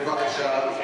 בבקשה,